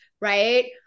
right